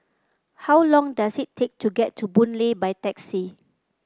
how long does it take to get to Boon Lay by taxi